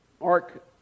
mark